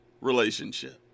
relationship